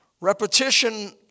Repetition